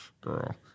Girl